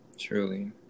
truly